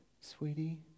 sweetie